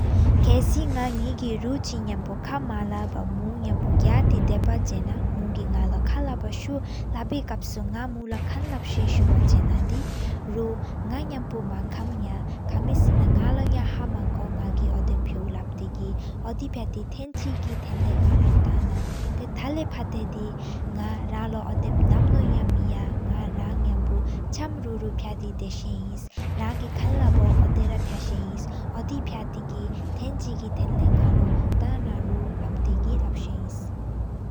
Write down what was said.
མེས་ཅིག་ལྷམ་ཁ་དགུ་བཻ་ཀབ་སུ་ཧ་ཏུ་ཀམ། གོ་ཧུང་ཧོ་ཌེ་གི་ཨོ་ན། གེ་སེཡ། གེ་བོ་ཆམ་གི་ཨོ་ན་གི་མེས་དེ་ཆུ་གི། ཁུ་ལོ་ཐུ་ཏེ་གི་མན་ཁང་། ཁེག་སེ། མང་ཁང་ཐེ་དེ་ བུང་ཏེ་ཅིག་ཀ་ཁུ། མེག་ག་ཤེ་མེ་ག་ཤེ་ཏི་གི་ཁུ་ལུག་ཏེ་གི། ཕ་ཏ་ ཆུ་ཏ་ཏེ་ཨོ་ན། ལེ་ཁུ་ རང་གི་ཟུ་ནུམ་དེ་གི། ཁུ་ཁུ་ར་ལོ་ནོ་མ་ཅི་པ་ ཕ་ཏ་ ཆུ་ཏ་ཏེ་ཟག་ཏེ། ནག་ཁ་མུ་ནག་ཁ་ན་ལེ་ཧོན་བོ། ནག་ལོ་མཁན་ཐེན་བོ་ལབ་ཏེ་གི། ཁུ་ར་ཁུ་ར་ནོ་སམ་ཐང་དི་ཀབ་སུ་དེ། མན་པོ་ནང་ས་ཧོ་ནེ་གི་ཁུ་ལོ་ལབས་སེ། ཅི་ལམ་ཁ་གུ་གུ་ཀབ་སོ་དེ་གེ་དེ། མེ་དི་ཆུ་གི་ཁེག་ཧོན་ནོ་བཻ་ནང། ཏེ་ཅི་ལོ་དི་ན་ཅ་དུ་ཁ་ཨདེ་ན་ཅ་དེ་གོཡ། གི་ཅག་གི་ན་ཅ་བཻ་ཨོ་དེ་ཕ་ཏེ་ཅི་ལོ་དི། ཐམ་པོ་དེ་ཆུ་ཐམ་ཆ་ཀ་བལ་བོ་བཻ།